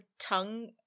tongue